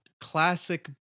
Classic